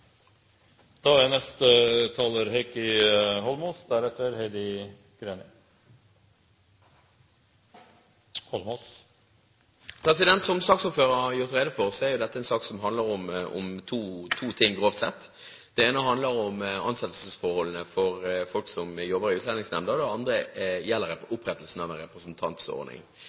Som saksordføreren har gjort rede for, er dette en sak som handler om to ting – grovt sett. Det ene handler om ansettelsesforholdene for folk som jobber i Utlendingsnemnda, og det andre gjelder opprettelsen av en representantordning. Jeg vil først bare si at det å få på plass en representantordning